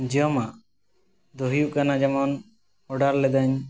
ᱡᱚᱢᱟᱜ ᱫᱚ ᱦᱩᱭᱩᱜ ᱠᱟᱱᱟ ᱡᱮᱢᱚᱱ ᱚᱰᱟᱨ ᱞᱮᱫᱟᱹᱧ